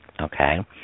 okay